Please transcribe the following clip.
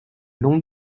long